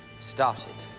started.